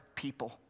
people